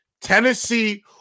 Tennessee